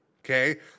okay